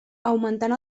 augmentant